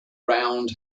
round